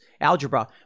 algebra